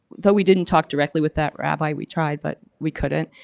though we didn't talk directly with that rabbi, we tried but we couldn't.